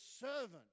servant